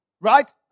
Right